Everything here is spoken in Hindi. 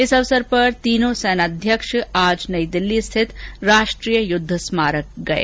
इस अवसर पर तीनों सेनाध्यक्ष आज नई दिल्ली रिथित राष्ट्रीय युद्ध स्मारक गए